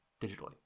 digitally